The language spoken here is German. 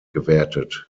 gewertet